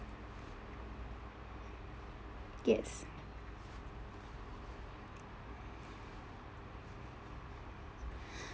yes